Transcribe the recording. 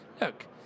look